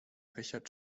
richard